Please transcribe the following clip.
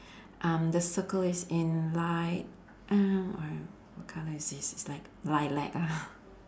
um the circle is in light uh err what colour is this it's like lilac ah